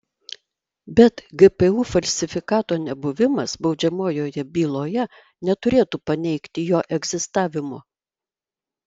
bet gpu falsifikato nebuvimas baudžiamojoje byloje neturėtų paneigti jo egzistavimo